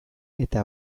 eta